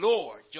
Lord